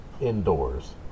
indoors